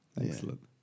excellent